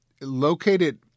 located